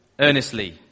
earnestly